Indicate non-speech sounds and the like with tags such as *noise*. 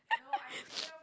*laughs* *noise*